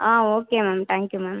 ah okay ma'am thank you ma'am